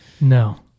No